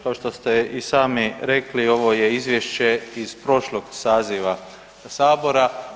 Kao što se i sami rekli, ovo je Izvješće iz prošlog saziva Sabora.